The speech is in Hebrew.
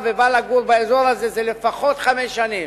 ובא לגור באזור הזה הוא לפחות חמש שנים,